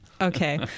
Okay